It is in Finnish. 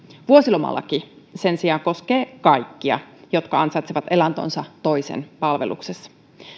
vuosilomalaki sen sijaan koskee kaikkia jotka ansaitsevat elantonsa toisen palveluksessa